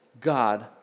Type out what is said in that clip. God